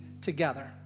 together